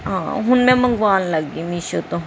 ਹਾਂ ਹੁਣ ਮੈਂ ਮੰਗਵਾਉਣ ਲੱਗੀ ਮੀਸ਼ੋ ਤੋਂ